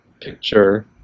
picture